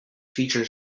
feature